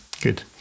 Good